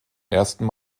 ersten